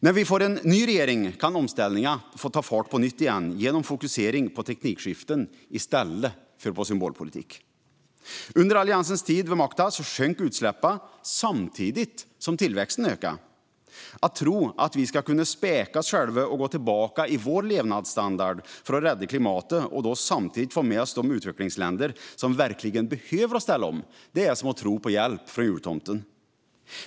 När vi får en ny regering kan omställningen återigen ta fart genom fokus på teknikskifte i stället för på symbolpolitik. Under Alliansens tid vid makten sjönk utsläppen samtidigt som tillväxten ökade. Att tro att vi ska kunna späka oss själva och sänka vår levnadsstandard för att rädda klimatet och då samtidigt få med oss de utvecklingsländer som verkligen behöver ställa om är som att tro på hjälp från jultomten.